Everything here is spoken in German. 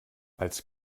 als